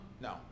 no